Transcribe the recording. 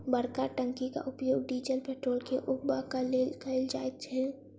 बड़का टंकीक उपयोग डीजल पेट्रोल के उघबाक लेल कयल जाइत छै